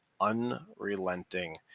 unrelenting